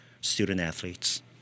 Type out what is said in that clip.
student-athletes